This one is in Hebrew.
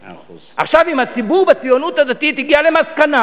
עכשיו, אם הציבור בציונות הדתית הגיע למסקנה